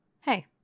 Hey